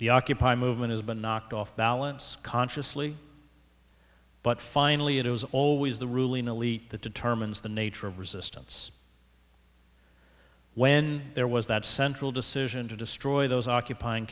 the occupy movement has been knocked off balance consciously but finally it was always the ruling elite that determines the nature of resistance when there was that central decision to destroy those occupying